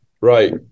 right